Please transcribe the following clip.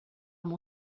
mon